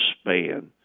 span